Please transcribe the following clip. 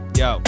yo